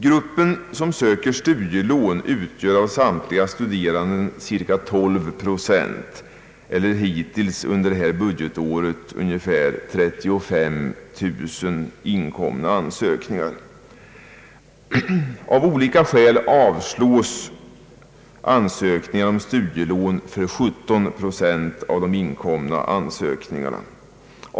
Gruppen som söker studielån utgör cirka 12 procent av samtliga studerande vilket hittills under detta budgetår motsvarar ungefär 35000 inkomna ansökningar. Av olika skäl avslås ansökningar om studielån för 17 procent av de inkomna ansökningarna.